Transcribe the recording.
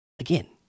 again